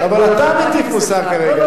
אבל אתה מטיף מוסר כרגע, לא?